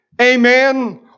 amen